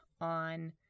on